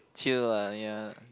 chill uh ya